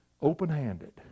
open-handed